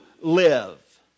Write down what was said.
live